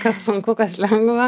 kas sunku kas lengva